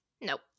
Nope